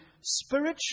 spiritual